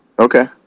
Okay